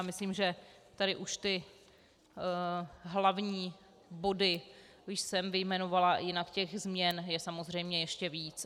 Myslím, že tady už ty hlavní body jsem vyjmenovala, jinak těch změn je samozřejmě ještě víc.